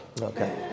Okay